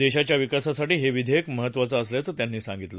देशाच्या विकासासाठी हे विधेयक महत्वाचं असल्याचं त्यांनी सांगितलं